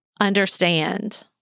understand